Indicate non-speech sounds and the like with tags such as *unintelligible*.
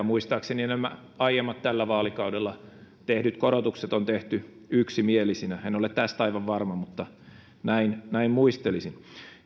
*unintelligible* muistaakseni nämä aiemmat tällä vaalikaudella tehdyt korotukset on tehty yksimielisinä en ole tästä aivan varma mutta näin näin muistelisin